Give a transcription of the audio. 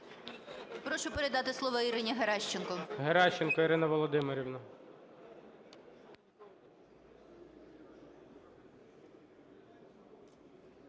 Прошу передати слово Ірині Геращенко. ГОЛОВУЮЧИЙ. Геращенко Ірина Володимирівна.